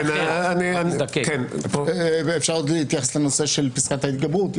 אחר --- אפשר להתייחס לנושא של פסקת ההתגברות?